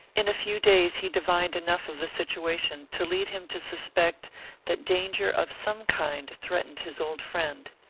in a few days he divined enough of the situation to lead him to suspect that danger of some kind threatened his old friend.